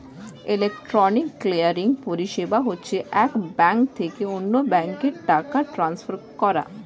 electronic clearing পরিষেবা হচ্ছে এক ব্যাঙ্ক থেকে অন্য ব্যাঙ্কে টাকা ট্রান্সফার করা